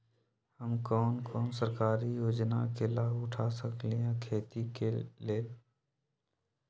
हम कोन कोन सरकारी योजना के लाभ उठा सकली ह खेती के लेल?